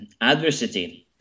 adversity